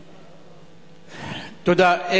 תודה.